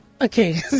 Okay